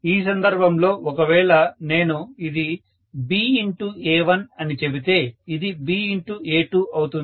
ఈ సందర్భంలో ఒకవేళ నేను ఇది BA1 అని చెబితే ఇది BA2 అవుతుంది